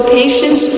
patience